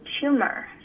tumor